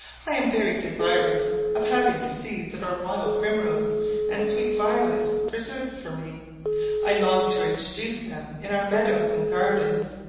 i am very desirous of having the seeds of our wild primrose and sweet violet preserved for me i long to introduce them in our meadows and gardens.